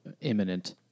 imminent